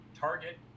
target